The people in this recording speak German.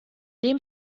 dem